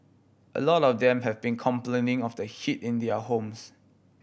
a lot of them have been complaining of the heat in their homes